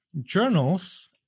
journals